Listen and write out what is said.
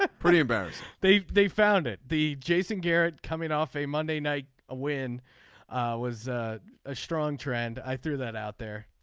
ah pretty embarrassing. they they found it the jason garrett coming off a monday night. a win was a strong trend. i threw that out there.